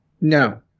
No